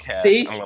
See